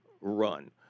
run